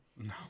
No